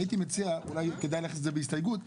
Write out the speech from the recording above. אולי כדאי להכניס הסתייגות,